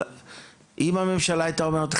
אם הממשלה הייתה אומרת,